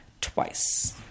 twice